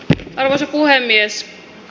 arvoisa puhemies